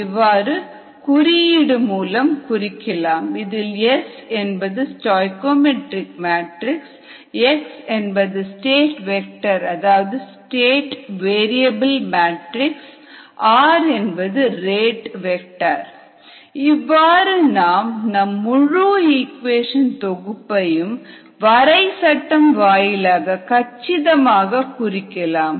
x stoichiometric matrix x state vector அதாவது state variable matrix rate vector இவ்வாறு நாம் நம் முழு இக்குவேஷன் தொகுப்பையும் வரை சட்டம் வாயிலாக கச்சிதமாக குறிக்கலாம்